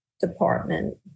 department